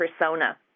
persona